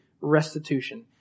restitution